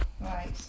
right